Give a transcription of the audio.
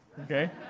okay